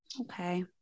Okay